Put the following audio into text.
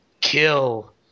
kill